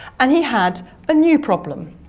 and he had a new problem.